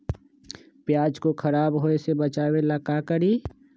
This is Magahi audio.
प्याज को खराब होय से बचाव ला का करी?